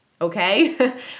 Okay